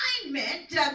assignment